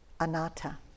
anatta